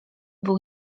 był